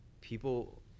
people